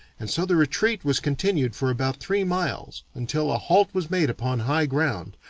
and so the retreat was continued for about three miles until a halt was made upon high ground,